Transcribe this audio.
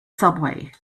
subway